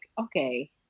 okay